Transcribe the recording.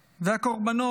והקורבנות